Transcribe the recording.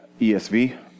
ESV